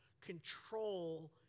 control